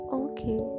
okay